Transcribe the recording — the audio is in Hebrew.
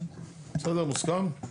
בסדר, מוסכם?